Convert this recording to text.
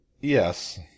Yes